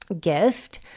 gift